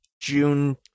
June